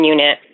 Unit